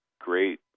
great